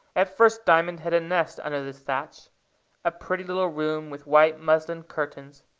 at first diamond had a nest under this thatch a pretty little room with white muslin curtains,